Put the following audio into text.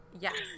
yes